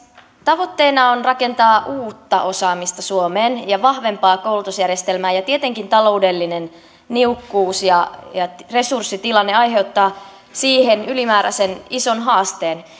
tavoitteena on rakentaa uutta osaamista suomeen ja vahvempaa koulutusjärjestelmää tietenkin taloudellinen niukkuus ja ja resurssitilanne aiheuttaa siihen ylimääräisen ison haasteen